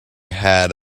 had